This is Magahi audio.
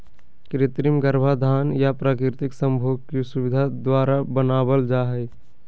कृत्रिम गर्भाधान या प्राकृतिक संभोग की सुविधा द्वारा बनाबल जा हइ